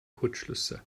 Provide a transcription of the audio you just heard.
kurzschlüsse